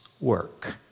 work